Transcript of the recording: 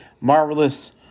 marvelous